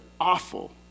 awful